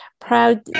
proud